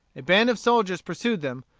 a band of soldiers pursued them,